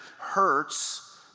hurts